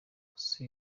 gusa